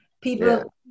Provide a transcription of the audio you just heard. people